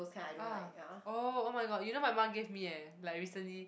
ah oh oh-my-god you know my mum gave me eh like recently